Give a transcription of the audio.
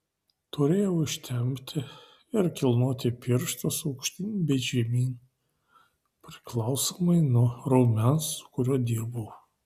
turėjau ištempti ir kilnoti pirštus aukštyn bei žemyn priklausomai nuo raumens su kuriuo dirbau